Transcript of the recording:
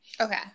Okay